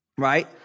Right